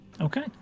okay